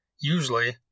Usually